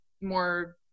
more